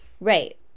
right